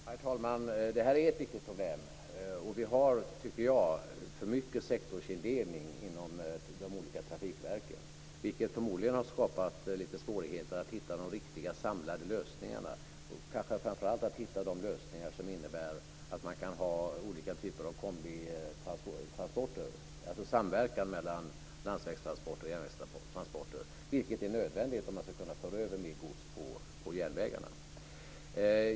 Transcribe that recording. Herr talman! Det här är ett viktigt problem. Det är, tycker jag, för mycket sektorsindelning inom de olika trafikverken, vilket förmodligen har skapat lite svårigheter att hitta de riktigt samlade lösningarna och kanske framför allt de lösningar som innebär att man kan ha olika typer av kombitransporter - alltså en samverkan mellan landsvägstransporter och järnvägstransporter. En sådan är nödvändig om man ska kunna föra över mer gods på järnvägarna.